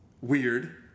Weird